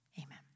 Amen